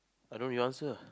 I don't you answer